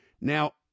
Now